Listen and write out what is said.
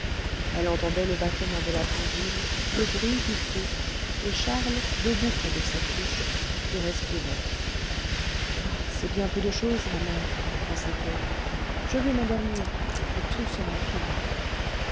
elle entendait le battement de la pendule le bruit du feu et charles debout près de sa couche qui respirait ah c'est bien peu de chose la mort pensait-elle je vais m'endormir et tout sera fini